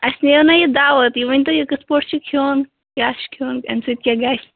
اَسہِ نِیو نہ یہِ دوا یہِ ؤنۍ تَو یہِ کِتھ پٲٹھۍ چھُ کھیٚون کیٛاہ چھِ کھیٚون امہِ سۭتۍ کیٛاہ گژھہِ